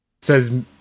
Says